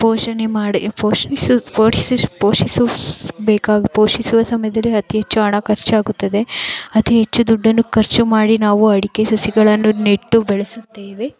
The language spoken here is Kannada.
ಪೋಷಣೆ ಮಾಡಿ ಪೋಷಿಸು ಪೋಷಿಸು ಪೋಷಿಸು ಬೇಕಾಗು ಪೋಷಿಸುವ ಸಮಯದಲ್ಲಿ ಅತಿ ಹೆಚ್ಚು ಹಣ ಖರ್ಚಾಗುತ್ತದೆ ಅತಿ ಹೆಚ್ಚು ದುಡ್ಡನ್ನು ಖರ್ಚು ಮಾಡಿ ನಾವು ಅಡಿಕೆ ಸಸಿಗಳನ್ನು ನೆಟ್ಟು ಬೆಳೆಸುತ್ತೇವೆ